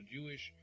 Jewish